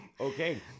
Okay